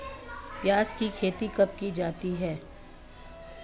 प्याज़ की खेती कब की जाती है?